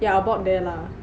yeah about there lah